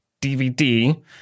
DVD